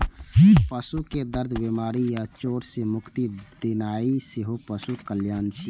पशु कें दर्द, बीमारी या चोट सं मुक्ति दियेनाइ सेहो पशु कल्याण छियै